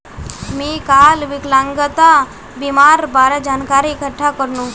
मी काल विकलांगता बीमार बारे जानकारी इकठ्ठा करनु